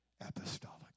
apostolic